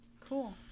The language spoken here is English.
Cool